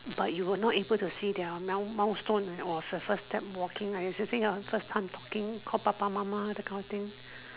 but you will not able to see their mile~ milestone right or first step walking you should see their first time talking call 爸爸:baba mama kind of thing